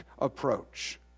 approach